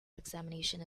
examination